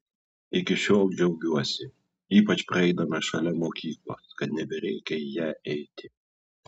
iki šiol džiaugiuosi ypač praeidama šalia mokyklos kad nebereikia į ją eiti